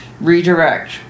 Redirect